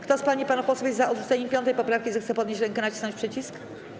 Kto z pań i panów posłów jest za odrzuceniem 5. poprawki, zechce podnieść rękę i nacisnąć przycisk.